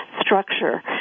structure